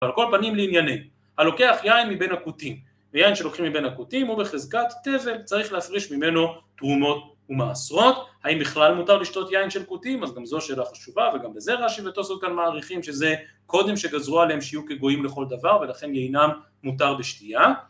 אבל כל פנים לעניינים, הלוקח יין מבין הקוטים, ויין שלוקחים מבין הקוטים הוא בחזקת טבל, צריך להפריש ממנו תרומות ומעשרות, האם בכלל מותר לשתות יין של קוטים? אז גם זו שאלה חשובה, וגם לזה ראשי ותוס עוד כאן מעריכים שזה קודם שגזרו עליהם שיוק אגואים לכל דבר, ולכן אינם מותר בשתייה.